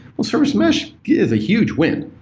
service mesh is a huge win.